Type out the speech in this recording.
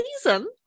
season